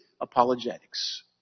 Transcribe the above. apologetics